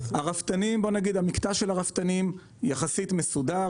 המקטע של הרפתנים יחסית מסודר.